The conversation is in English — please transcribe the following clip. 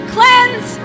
Cleanse